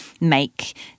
make